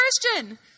Christian